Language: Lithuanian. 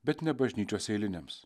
bet ne bažnyčios eiliniams